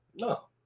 no